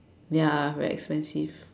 ya very expensive